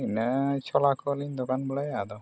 ᱤᱱᱟᱹ ᱪᱷᱚᱞᱟ ᱠᱚᱞᱤᱧ ᱫᱚᱠᱟᱱ ᱵᱟᱲᱟᱭᱟ ᱟᱫᱚ